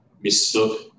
mistook